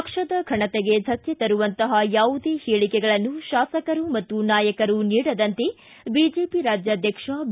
ಪಕ್ಷದ ಫನತೆಗೆ ಧಕ್ಕೆ ತರುವಂತಹ ಯಾವುದೇ ಹೇಳಿಕೆಗಳನ್ನು ಶಾಸಕರು ಮತ್ತು ನಾಯಕರು ನೀಡದಂತೆ ಬಿಜೆಪಿ ರಾಜ್ಯಾಧ್ಯಕ್ಷ ಬಿ